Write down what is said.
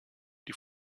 die